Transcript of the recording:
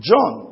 John